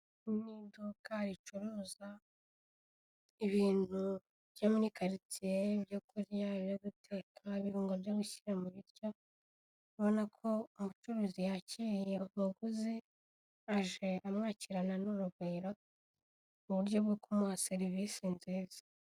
Iri ni iduka ricuruza ibintu byo muri karitsiye ibyo kurya, ibyo guteka, ibirungo byo gushyira mu biryo, ubona ko umucuruzi yakiriye uwaguze aje amwakirana n'urugwiro uburyo bwo kumuha serivisi nziza.